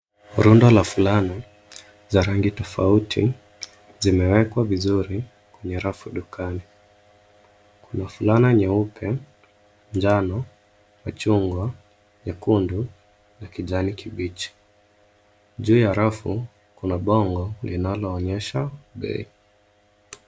Rundo la fulana za rangi tofauti zimewekwa vizuri kwenye rafu dukani. Kuna fulana nyeupe, njano, machungwa, nyekundu na kijani kibichi. Juu ya rafu kuna bango linalo onyesha bei.